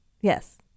Yes